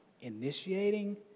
initiating